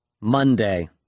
Monday